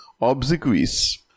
obsequies